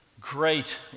Great